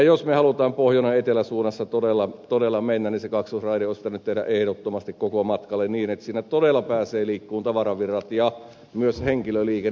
jos me haluamme pohjoinenetelä suunnassa todella mennä niin se kaksoisraide olisi pitänyt tehdä ehdottomasti koko matkalle niin että siinä todella pääsevät liikkumaan tavaravirrat ja myös henkilöliikenne